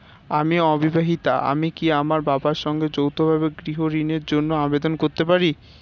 আমি অবিবাহিতা আমি কি আমার বাবার সঙ্গে যৌথভাবে গৃহ ঋণের জন্য আবেদন করতে পারি?